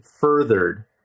Furthered